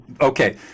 Okay